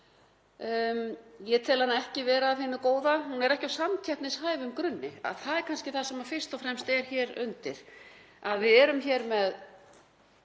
Ég tel hana ekki vera af hinu góða. Hún er ekki á samkeppnishæfum grunni. Það er kannski það sem fyrst og fremst er hér undir, að við erum hér með